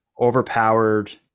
overpowered